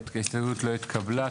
0 ההסתייגות לא התקבלה.